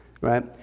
right